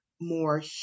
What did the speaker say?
more